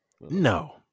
No